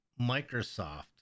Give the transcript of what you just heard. Microsoft